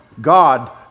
God